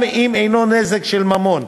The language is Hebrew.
גם אם אינו נזק של ממון,